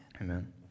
Amen